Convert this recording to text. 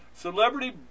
Celebrity